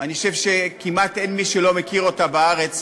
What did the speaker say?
אני חושב שאין כמעט מי שלא מכיר אותה בארץ,